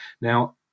now